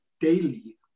daily